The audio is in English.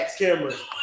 cameras